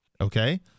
Okay